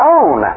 own